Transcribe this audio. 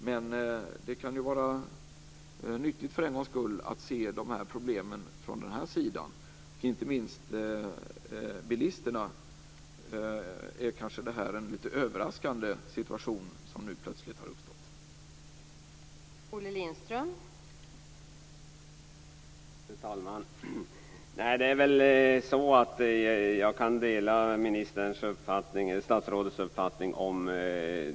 Men det kan ju för en gångs skull vara nyttigt att se problemen från den här sidan. Inte minst för bilisterna är det kanske en litet överraskande situation som nu plötsligt har uppstått.